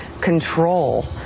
control